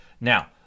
Now